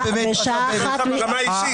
סולברג הקדים.